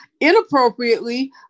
inappropriately